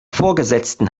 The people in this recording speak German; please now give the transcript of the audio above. vorgesetzten